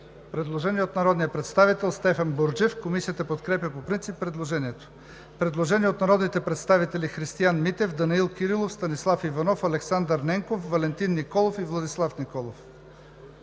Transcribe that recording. Предложение от народния представител Стефан Бурджев. Комисията подкрепя по принцип предложението. Предложение от народните представители Христиан Митев, Данаил Кирилов, Станислав Иванов, Александър Ненков, Валентин Николов и Владислав Николов: